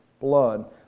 blood